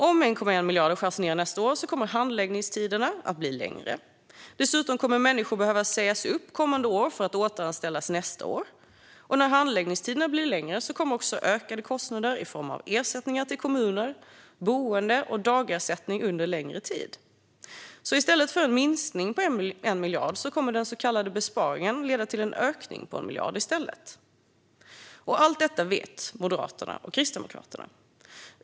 Om 1,1 miljarder skärs ned nästa år kommer handläggningstiderna att bli längre. Dessutom kommer människor att behöva sägas upp kommande år för att återanställas nästa år. När handläggningstiderna blir längre kommer också ökade kostnader i form av ersättningar till kommuner, boende och dagersättning under längre tid. I stället för en minskning på 1 miljard kommer den så kallade besparingen i stället att leda till en ökning på 1 miljard. Allt detta vet Moderaterna och Kristdemokraterna.